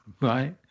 Right